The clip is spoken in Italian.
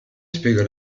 spiega